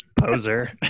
poser